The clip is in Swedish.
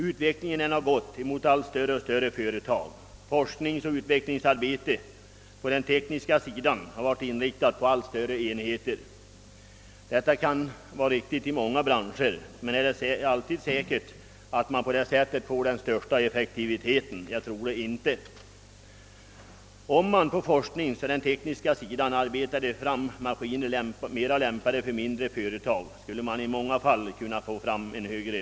Utvecklingen har gått mot allt större och större företag. Forskningsoch utvecklingsarbetet på den tekniska sidan har varit inriktat mot allt större enheter. Detta kan vara riktigt i många branscher. Men är det alltid säkert att den största effektiviteten uppnås på det sättet? Jag tror det inte. Om forskningen och det tekniska utvecklingsarbetet syftade till att få fram maskiner mera lämpade för mindre företag, skulle effekten i många fall kunna bli högre.